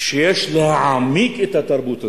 שיש להעמיק את התרבות הזאת.